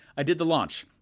i did the launch.